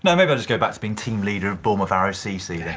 maybe i'll just go back to being team leader of bournemouth arrow cc. yeah